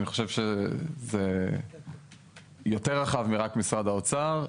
אני חושב שזה יותר רחב מרק משרד האוצר,